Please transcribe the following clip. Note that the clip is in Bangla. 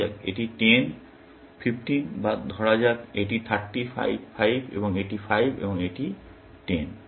ধরা যাক এটি 10 5 বা ধরা যাক এটি 30 5 5 এবং এটি 5 এবং এটি 10